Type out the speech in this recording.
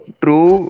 true